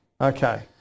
Okay